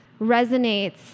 resonates